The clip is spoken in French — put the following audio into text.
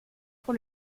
pour